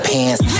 Pants